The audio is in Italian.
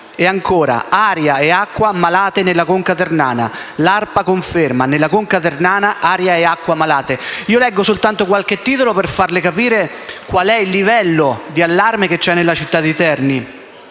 e ancora: «Aria e acqua malate nella conca ternana. L'ARPA conferma: nella Conca ternana aria e acqua malate». Leggo soltanto qualche titolo per farle capire quale sia il livello di allarme presente nella città di Terni.